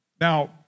Now